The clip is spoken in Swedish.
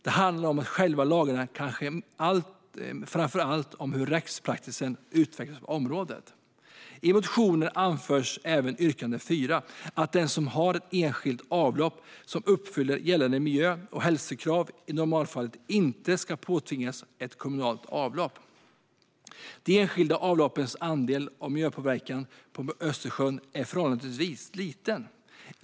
Det handlar om själva lagarna men kanske framför allt om hur rättspraxis utvecklats på området. I motionen anförs även i yrkande 4 att den som har ett enskilt avlopp som uppfyller gällande miljö och hälsokrav i normalfallet inte ska påtvingas ett kommunalt avlopp. De enskilda avloppens andel av miljöpåverkan på Östersjön är förhållandevis liten.